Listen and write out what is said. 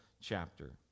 chapter